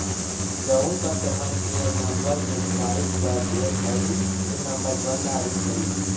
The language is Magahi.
जउन कस्टमर केयर नंबर वेबसाईट पर देल हई ऊ नंबर बंद आबित हई